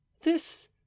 This